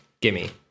Gimme